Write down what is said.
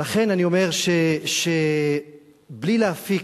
ולכן אני אומר שבלי להפיק,